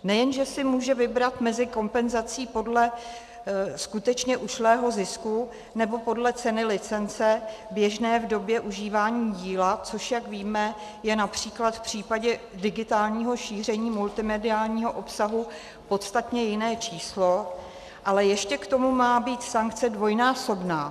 Nejenže si může vybrat mezi kompenzací podle skutečně ušlého zisku nebo podle ceny licence běžné v době užívání díla, což jak víme, je například v případě digitálního šíření multimediálního obsahu podstatně jiné, ale ještě k tomu má být sankce dvojnásobná.